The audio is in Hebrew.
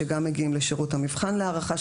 שגם מגיעים לשירות המבחן להערכה,